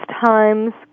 times